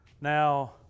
Now